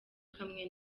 kamwe